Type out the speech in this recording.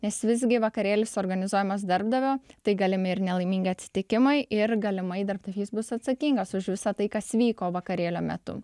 nes visgi vakarėlis organizuojamas darbdavio tai galimi ir nelaimingi atsitikimai ir galimai darbdavys bus atsakingas už visa tai kas vyko vakarėlio metu